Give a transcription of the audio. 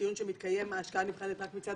בדיון שמתקיים ההשקעה נבחנת רק מצד